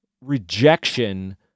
rejection